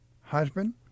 husband